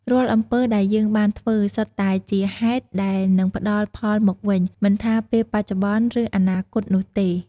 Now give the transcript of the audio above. រាល់អំពើដែលយើងបានធ្វើ សុទ្ធតែជាហេតុដែលនឹងផ្តល់ផលមកវិញ មិនថាពេលបច្ចុប្បន្ន ឬអនាគតនោះទេ។